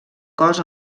cos